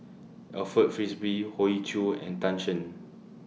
Alfred Frisby Hoey Choo and Tan Shen